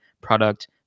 product